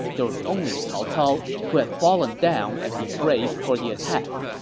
there was only cao cao, who had fallen down as he braced for the attack.